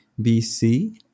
BC